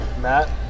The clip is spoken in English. Matt